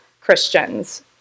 Christians